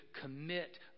commit